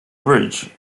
bridge